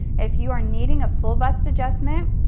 if you are needing a full bust adjustment,